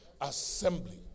assembly